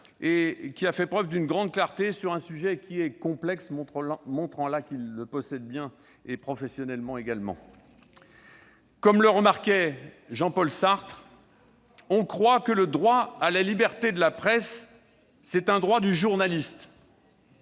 ; il a fait preuve d'une grande clarté sur un sujet pourtant complexe, montrant par là qu'il le possède bien, de façon toute professionnelle. Comme le remarquait Jean-Paul Sartre, « on croit que le droit à la liberté de la presse, c'est un droit du journaliste.